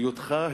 היותך,